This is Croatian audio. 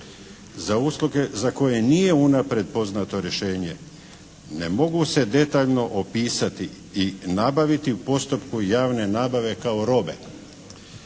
Za usluge za koje nije unaprijed poznato rješenje ne mogu se detaljno opisati i nabaviti u postupku javne nabave kao robe.